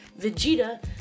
Vegeta